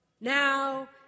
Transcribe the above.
Now